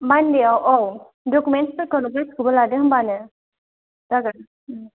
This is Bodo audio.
मान्डेआव औ डुकुमेन्टसफोरखौ गासिखौबो लादो होमबानो जागोन